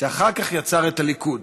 שאחר כך יצר את הליכוד.